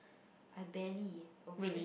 I barely okay